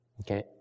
Okay